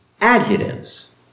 adjectives